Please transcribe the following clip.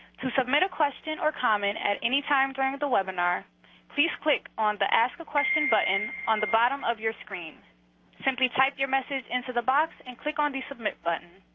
to submit a question or comment at any time during the webinar please click on the ask a question button on the bottom of your screen, or simply type your message into the box and click on the submit button.